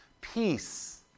peace